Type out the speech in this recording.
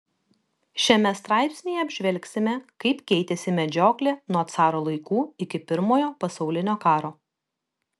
šiame straipsnyje apžvelgsime kaip keitėsi medžioklė nuo caro laikų iki pirmojo pasaulinio karo